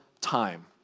time